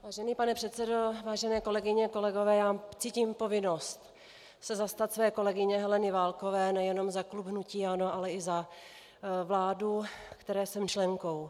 Vážený pane předsedo, vážené kolegyně a kolegové, cítím povinnost se zastat své kolegyně Heleny Válkové nejenom za klub hnutí ANO, ale i za vládu, které jsem členkou.